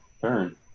turn